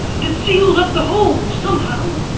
and it sealed up the hole somehow.